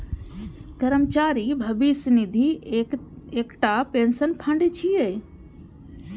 कर्मचारी भविष्य निधि एकटा पेंशन फंड छियै